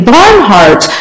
Barnhart